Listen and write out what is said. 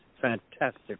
fantastic